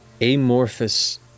amorphous